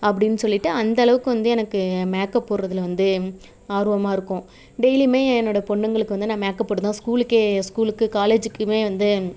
அப்படின்னு சொல்லிட்டு அந்த அளவுக்கு வந்து எனக்கு மேக்கப் போடுகிறதுல வந்து ஆர்வமாக இருக்கும் டெய்லியுமே என்னோடய பொண்ணுங்களுக்கு வந்து நான் மேக்கப் போட்டு தான் ஸ்கூலுக்கே ஸ்கூலுக்கு காலேஜுக்குமே வந்து